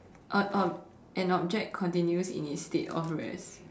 uh uh an object continues in it's state of rest